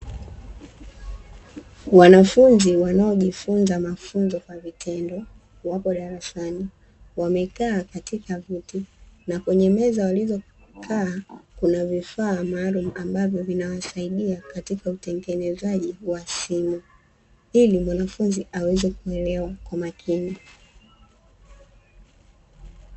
Wanafunzi wanaojifunza mafunzo kwa vitendo wapo darasani, wamekaa katika viti, na kwenye meza walizokaa kuna vifaa maalumu ambavyo vinawasaidia katika utengenezaji wa simu, ili mwanafunzi aweze kuelewa kwa makini.